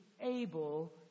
able